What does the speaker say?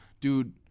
Dude